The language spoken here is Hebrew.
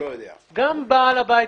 גם בעל הבית,